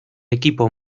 equipo